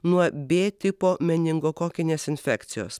nuo b tipo meningokokinės infekcijos